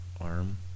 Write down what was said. Arm